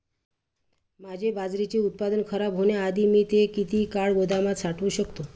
माझे बाजरीचे उत्पादन खराब होण्याआधी मी ते किती काळ गोदामात साठवू शकतो?